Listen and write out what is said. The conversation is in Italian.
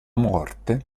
morte